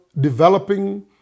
developing